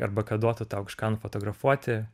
arba kad duotų tau kažką nufotografuoti